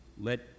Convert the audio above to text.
Let